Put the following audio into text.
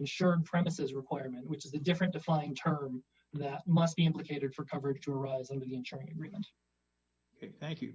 insurance premises requirement which is a different defined term that must be implicated for coverage to arise and ensuring remains thank you